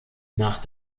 nach